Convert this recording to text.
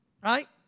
right